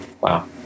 Wow